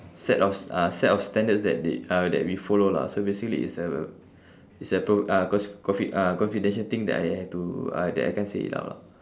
set of uh set of standards that they uh that we follow lah so basically it's a it's a pro~ uh co~ confi~ uh confidential thing that I have to uh that I can't say it out lah